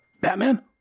Batman